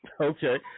Okay